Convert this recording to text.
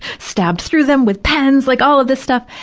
stabbed through them with pens, like all of this stuff.